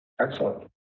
Excellent